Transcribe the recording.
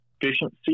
efficiency